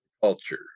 culture